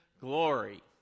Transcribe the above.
glory